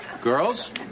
Girls